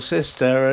Sister